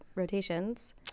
Rotations